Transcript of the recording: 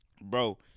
bro